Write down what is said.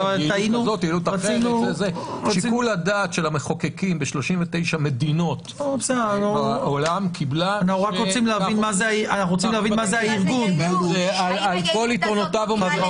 שיקול הדעת של המחוקקים ב-39 מדינות בעולם קיבלה - זה על כל יתרונותיו.